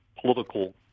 political